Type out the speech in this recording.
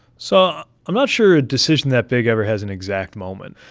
so i'm not sure a decision that big ever has an exact moment.